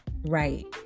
right